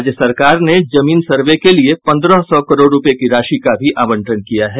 राज्य सरकार ने जमीन सर्वे के लिये पंद्रह सौ करोड़ रूपये की राशि का भी आवंटन किया है